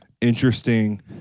interesting